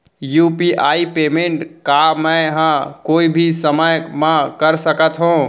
UPI payment का मैं ह कोई भी समय म कर सकत हो?